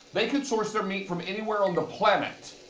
they could source their meat from anywhere on the planet.